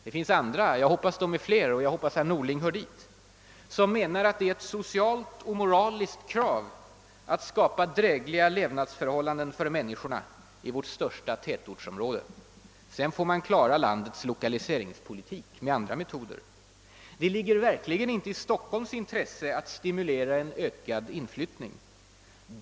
Det finns andra — jag hoppas de är fler och att herr Norling hör dit — som menar att det är ett socialt och moraliskt krav att skapa drägliga levnadsförhållanden för människorna i vårt största tätortsområde. Sedan får man klara landets lokaliseringspolitik med andra metoder. Det ligger verkligen inte i Stockholms intresse att stimulera en ytterligare ökad inflyttning.